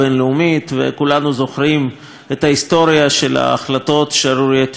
וכולנו זוכרים את ההיסטוריה של החלטות שערורייתיות של האו"ם,